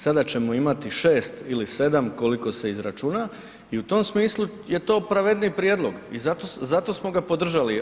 Sada ćemo imati 6 ili 7 koliko se izračuna i u tom smislu je to pravedniji prijedlog i zato smo ga podržali.